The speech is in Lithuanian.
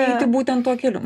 eiti būtent tuo keliu